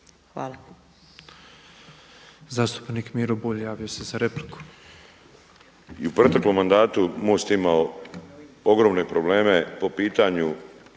Hvala.